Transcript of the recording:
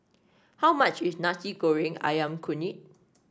how much is Nasi Goreng ayam kunyit